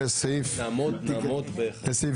ג.